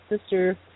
sister